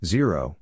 Zero